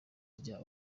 rya